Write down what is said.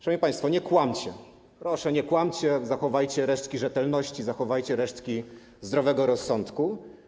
Szanowni państwo, nie kłamcie, proszę, nie kłamcie, zachowajcie resztki rzetelności, zachowajcie resztki zdrowego rozsądku.